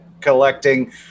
collecting